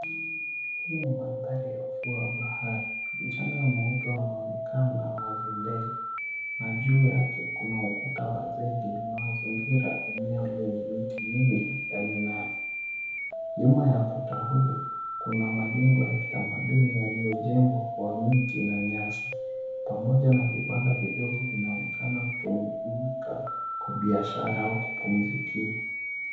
Hii ni Mandhari ya ufuo wa bahari. Mchanga mweupe unaonekana wazi mbele na juu yake kuna ukuta wa zege unazozingira eneo lenye miti mingi ya minazi. Nyuma ya kuta huu kuna majengo ya kitamaduni yaliyojengwa kwa miti na nyasi pamoja na vibanda vidogo vinaonekana kutumika kwa biashara au kupumzikia.